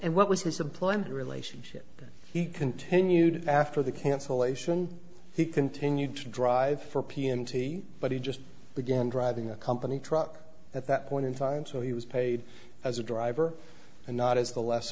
and what was his employment relationship he continued after the cancellation he continued to drive for p m t but he just began driving a company truck at that point in time so he was paid as a driver and not as the l